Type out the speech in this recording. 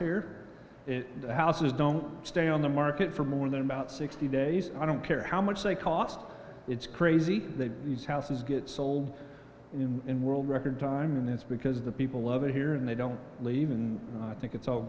here houses don't stay on the market for more than about sixty days i don't care how much they cost it's crazy these houses get sold in world record time and it's because of the people over here and they don't leave and i think it's all